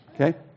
Okay